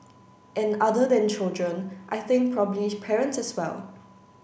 and other than children I think probably parents as well